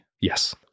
yes